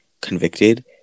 convicted